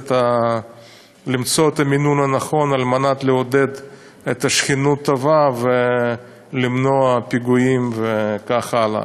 למצוא את המינון הנכון כדי לעודד שכנות טובה ולמנוע פיגועים וכך הלאה.